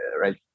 right